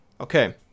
okay